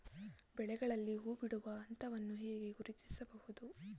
ಬೆಳೆಗಳಲ್ಲಿ ಹೂಬಿಡುವ ಹಂತವನ್ನು ಹೇಗೆ ಗುರುತಿಸುವುದು?